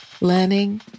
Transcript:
learning